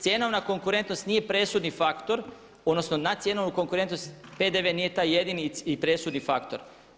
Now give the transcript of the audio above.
Cjenovna konkurentnost nije presudni faktor, odnosno na cjenovnu konkurentnost PDV nije taj jedini i presudni faktor.